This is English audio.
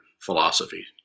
philosophy